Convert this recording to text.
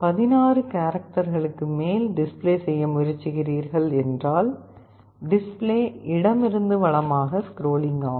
16 காரக்டர்களுக்கு மேல் டிஸ்பிளே செய்ய முயற்சிக்கிறீர்கள் என்றால் டிஸ்பிளே இடமிருந்து வலமாக ஸ்க்ரோலிங் ஆகும்